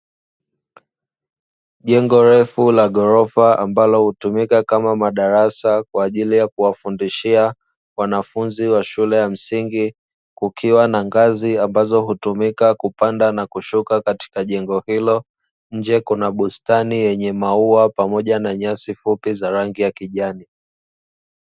Jengo refu la gorofa ambalo hutumika kama madarasa kwa ajili ya kuwafundishia wanafunzi wa shule ya msingi, kukiwa na ngazi ambazo hutumika kupanda na kushuka katika jengo hilo, nje kuna bustani yenye maua pamoja na nyasi fupi za rangi ya kijani.